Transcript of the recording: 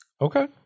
Okay